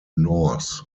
norse